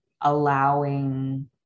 allowing